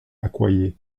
accoyer